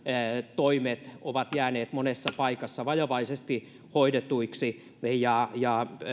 toimet ovat jo jääneet monessa paikassa vajavaisesti hoidetuiksi niin